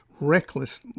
reckless